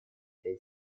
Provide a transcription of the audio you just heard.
этой